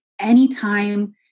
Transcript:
anytime